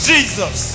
Jesus